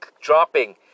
dropping